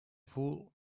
fool